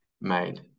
made